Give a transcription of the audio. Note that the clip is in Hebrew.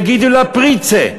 יגידו לה "פריצע".